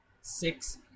six